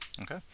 okay